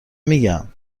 میگم